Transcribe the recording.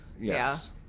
yes